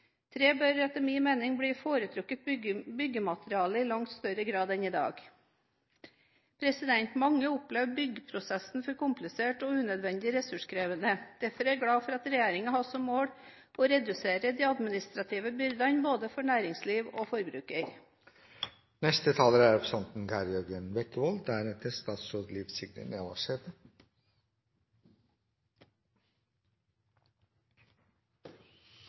Tre bør etter min mening bli foretrukket byggemateriale i langt større grad enn i dag. Mange opplever at byggesaksprosessen er for komplisert og unødvendig ressurskrevende. Derfor er jeg glad for at regjeringen har som mål å redusere de administrative byrdene for både næringslivet og forbrukerne. Kristelig Folkeparti er en pådriver for forenkling, avbyråkratisering, økt miljøfokus og økt fokus på universell utforming. Derfor er